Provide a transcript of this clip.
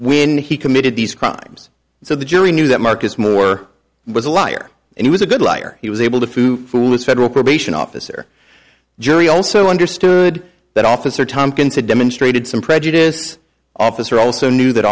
when he committed these crimes so the jury knew that marcus moore was a liar and he was a good liar he was able to food food federal probation officer jury also understood that officer tomkins had demonstrated some prejudice officer also